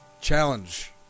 Challenge